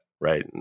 Right